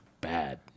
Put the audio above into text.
Bad